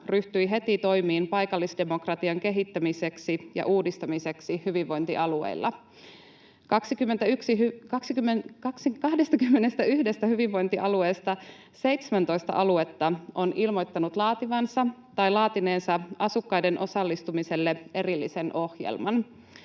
ryhtyi heti toimiin paikallisdemokratian kehittämiseksi ja uudistamiseksi hyvinvointialueilla. 21 hyvinvointialueesta 17 aluetta on ilmoittanut laativansa tai laatineensa asukkaiden osallistumiselle erillisen ohjelman.